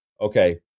okay